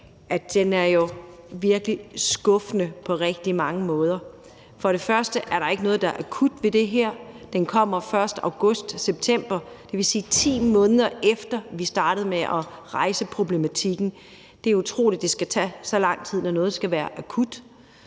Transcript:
i dag, virkelig er skuffende på rigtig mange måder. For det første er der ikke noget, der er akut ved det her. Checken kommer først til august-september, dvs. 10 måneder efter at vi startede med at rejse problematikken. Det er utroligt, at det skal tage så lang tid, når noget skal være akut.